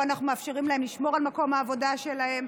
פה אנחנו מאפשרים להם לשמור על מקום העבודה שלהם,